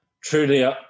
truly